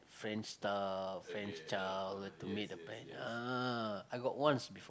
Friendster like to meet the friend ah I got once before